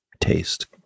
taste